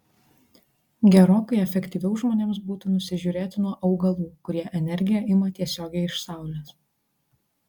gerokai efektyviau žmonėms būtų nusižiūrėti nuo augalų kurie energiją ima tiesiogiai iš saulės